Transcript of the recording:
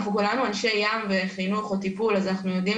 כולנו אנשי ים וחינוך או טיפול אז אנחנו יודעים